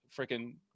freaking